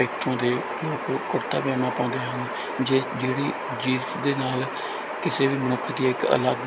ਇੱਥੋਂ ਦੇ ਲੋਕ ਕੁੜਤਾ ਪਜਾਮਾ ਪਾਉਂਦੇ ਹਨ ਜੇ ਜਿਹੜੀ ਜਿਸ ਦੇ ਨਾਲ ਕਿਸੇ ਵੀ ਮਨੁੱਖ ਦੀ ਇੱਕ ਅਲੱਗ